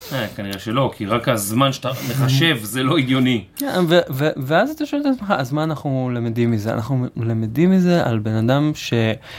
כנראה שלא, כי רק הזמן שאתה מחשב זה לא הגיוני, ואז אתה שואל את עצמך, אז מה אנחנו למדים מזה, אנחנו למדים מזה על בן אדם ש...